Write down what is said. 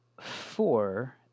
four